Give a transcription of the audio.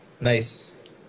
Nice